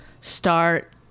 start